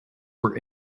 were